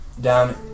down